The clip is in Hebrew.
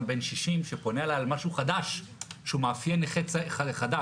בן 60 שפונה אליי על משהו חדש שהוא מאפיין נכה חדש,